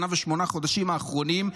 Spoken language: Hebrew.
שנה ושמונה חודשים האחרונים,